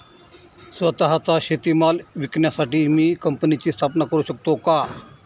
स्वत:चा शेतीमाल विकण्यासाठी मी कंपनीची स्थापना करु शकतो का?